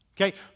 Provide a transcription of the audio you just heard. Okay